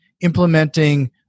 implementing